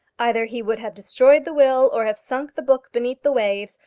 either he would have destroyed the will, or have sunk the book beneath the waves,